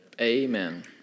Amen